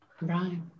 Right